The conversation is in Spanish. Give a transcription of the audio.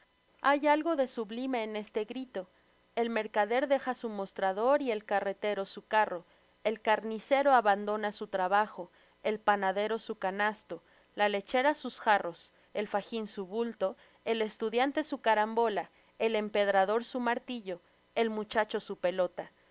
hay algo de sublime en este grito el mercader deja su mostrador y el carretero su oarro el carnicero abandona su trabajo el panadero su canasto la lechera sus jarros el fajin su bulto el estudiante su carambola el empedrador su martillo el muchacho su pelota